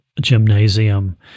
Gymnasium